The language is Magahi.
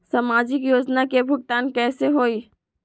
समाजिक योजना के भुगतान कैसे होई?